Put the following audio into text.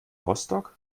rostock